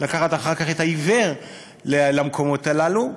לקחת אחר כך את העיוור למקומות הללו,